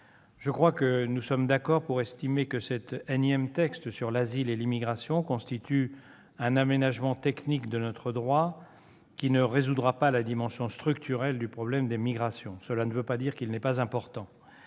Je crois que nous sommes d'accord pour estimer que ce énième texte sur l'asile et l'immigration constitue un aménagement technique de notre droit qui ne résoudra pas la dimension structurelle du problème des migrations. Cela ne veut pas dire qu'il n'est pas important